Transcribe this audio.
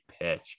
pitch